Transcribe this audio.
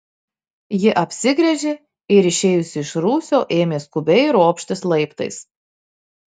ji apsigręžė ir išėjusi iš rūsio ėmė skubiai ropštis laiptais